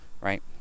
right